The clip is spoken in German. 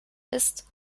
ist